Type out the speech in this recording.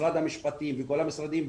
משרד המשפטים וכל המשרדים,